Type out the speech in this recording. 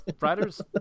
riders